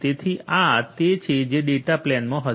તેથી આ તે છે જે ડેટા પ્લેનમાં હશે